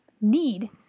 need